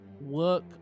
work